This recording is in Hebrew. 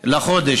בחודש.